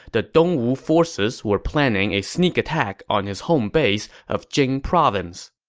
the dongwu forces were planning a sneak attack on his home base of jing province.